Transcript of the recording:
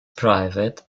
private